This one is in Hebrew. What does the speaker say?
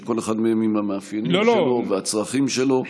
כל אחד עם המאפיינים שלו והצרכים שלו.